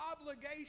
obligation